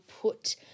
put